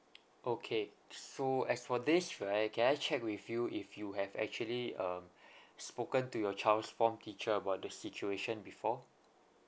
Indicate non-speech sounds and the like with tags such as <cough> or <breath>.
okay so as for this right can I check with you if you have actually um <breath> spoken to your child's form teacher about the situation before